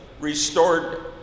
restored